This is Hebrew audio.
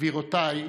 גבירותיי ורבותיי,